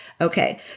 Okay